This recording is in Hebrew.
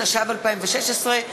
התשע"ו 2016,